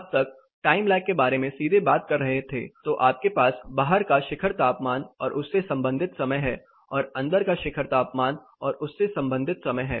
अब तक हम टाइम लैग के बारे में सीधे बात कर रहे थे तो आपके पास बाहर का शिखर तापमान और उससे संबंधित समय है और अंदर का शिखर तापमान और उससे संबंधित समय है